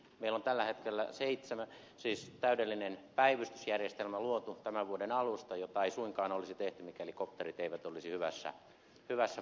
meillä on tällä hetkellä täydellinen päivystysjärjestelmä luotu tämän vuoden alusta ja sitä ei suinkaan olisi tehty mikäli kopterit eivät olisi hyvässä formussa